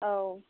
औ